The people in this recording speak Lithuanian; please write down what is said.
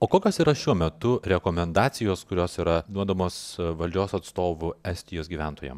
o kokios yra šiuo metu rekomendacijos kurios yra duodamos valdžios atstovų estijos gyventojam